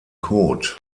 kot